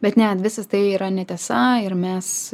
bet ne visas tai yra netiesa ir mes